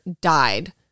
died